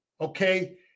Okay